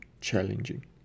challenging